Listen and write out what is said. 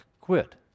quit